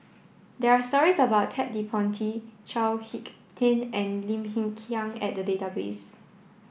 there are stories about Ted De Ponti Chao Hick Tin and Lim Hng Kiang at the database